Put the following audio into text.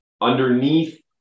underneath